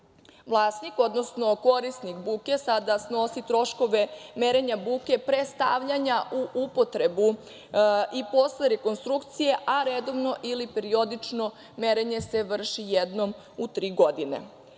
ranije. Vlasnik, odnosno korisnik buke sada snosi troškove merenja buke pre stavljanja u upotrebu i posle rekonstrukcije, a redovno ili periodično merenje se vrši jednom u tri godine. Merenje